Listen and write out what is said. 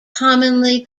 commonly